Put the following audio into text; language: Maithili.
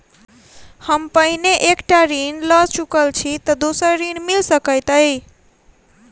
हम पहिने एक टा ऋण लअ चुकल छी तऽ दोसर ऋण मिल सकैत अई?